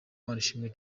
manishimwe